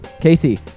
Casey